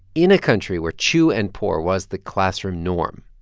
in a country where chew and pour was the classroom norm,